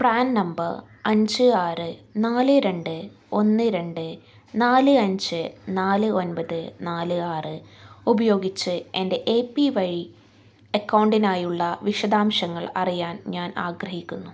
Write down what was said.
PRAN number അഞ്ച് ആറ് നാല് രണ്ട് ഒന്ന് രണ്ട് നാല് അഞ്ച് നാല് ഒൻമ്പത് നാല് ആറ് ഉപയോഗിച്ച് എൻ്റെ എ പി വൈ അക്കൗണ്ടിനായുള്ള വിശദാംശങ്ങൾ അറിയാൻ ഞാൻ ആഗ്രഹിക്കുന്നു